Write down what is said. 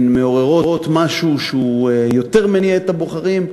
הן מעוררות משהו שמניע יותר את הבוחרים.